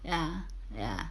ya ya